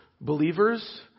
believers